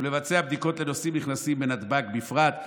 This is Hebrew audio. ולבצע בדיקות לנוסעים נכנסים בנתב"ג בפרט".